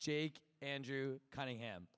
jake andrew cutting him